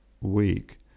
week